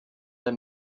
der